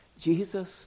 Jesus